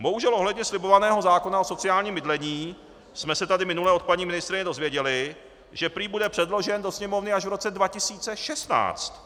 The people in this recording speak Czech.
Bohužel ohledně slibovaného zákona o sociálním bydlení jsme se tady minule od paní ministryně dozvěděli, že prý bude předložen do Sněmovny až v roce 2016.